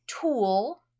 tool